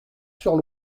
sur